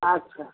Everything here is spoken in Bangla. আচ্ছা